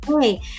hey